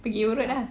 pergi urut ah